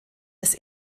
des